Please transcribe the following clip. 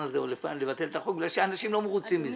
הזה או לבטל את החוק כי אנשים לא מרוצים מזה.